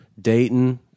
Dayton